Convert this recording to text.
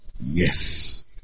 Yes